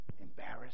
embarrassed